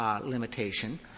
limitation